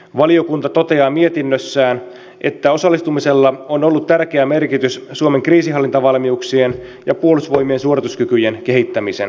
valiokunta toteaa mietinnössään että osallistumisella on ollut tärkeä merkitys suomen kriisinhallintavalmiuksien ja puolustusvoimien suorituskykyjen kehittämisen kannalta